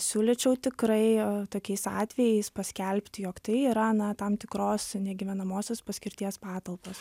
siūlyčiau tikrai tokiais atvejais paskelbti jog tai yra na tam tikros negyvenamosios paskirties patalpos